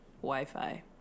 wi-fi